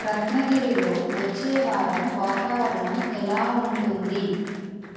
రత్నగిరిలో వచ్చే వారం వాతావరణం ఎలా ఉంటుంది